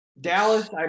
Dallas